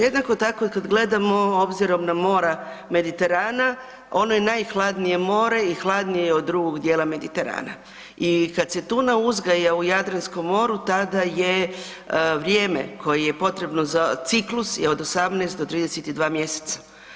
Jednako tako, kad gledamo obzirom na mora Mediterana, ono je najhladnije more i hladnije je od drugog dijela Mediterana i kad se tuna uzgaja u Jadranskom moru, tada je vrijeme koje je potrebno za ciklus je od 18 do 32 mjeseca.